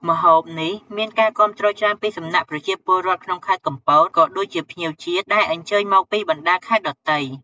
ម្ហូបនេះមានការគាំទ្រច្រើនពីសំណាក់ប្រជាពលរដ្ឋក្នុងខេត្តកំពត ក៏ដូចជាភ្ញៀវជាតិដែលអញ្ជើញមកពីបណ្តាខេត្តដទៃ។